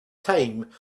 time